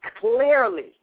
clearly